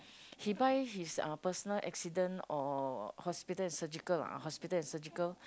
he buy his uh personal accident or hospital and surgical ah hospital and surgical